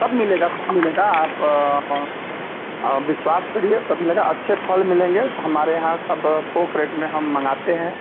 सब मिलेगा सब मिलेगा आप विश्वास करिए सब मिलेगा अच्छे फल मिलेंगे स हमारे यहाँ सब थोक रेट में हम मँगाते हैं